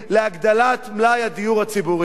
להגדלת מלאי הדיור הציבורי.